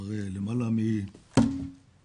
כבר למעלה משנה.